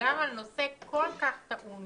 שגם על נושא כל כך טעון